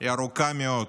היא ארוכה מאוד,